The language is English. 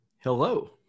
Hello